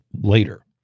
later